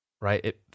right